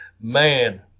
Man